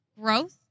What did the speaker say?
growth